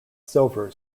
silver